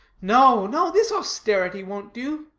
no, no. this austerity won't do.